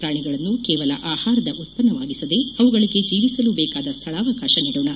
ಪ್ರಾಣಿಗಳನ್ನು ಕೇವಲ ಆಹಾರದ ಉತ್ಪನ್ನವಾಗಿಸದೇ ಅವುಗಳಿಗೆ ಜೀವಿಸಲು ಬೇಕಾದ ಸ್ಥಳಾವಕಾಶ ನೀಡೋಣ